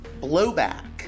blowback